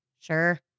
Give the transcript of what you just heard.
Sure